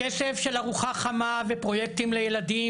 הכסף של ארוחה חמה ופרויקטים לילדים,